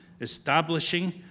establishing